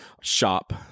shop